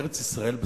ארץ-ישראל,